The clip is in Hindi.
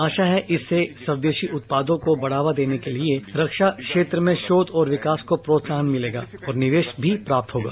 आशा है इससे स्व देशी उत्पादों को बढ़ावा देने के लिए रक्षा क्षेत्र में शोध और विकास को प्रोत्साहन मिलेगा और निवेश भी प्राप्तभ होगा